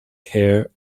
hair